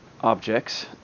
objects